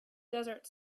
desert